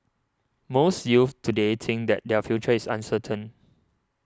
most youths today think that their future is uncertain